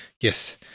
Yes